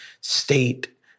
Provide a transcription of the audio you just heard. State